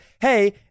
Hey